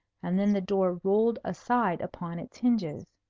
and then the door rolled aside upon its hinges.